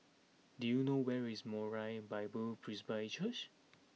do you know where is Moriah Bible Presby Church